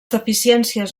deficiències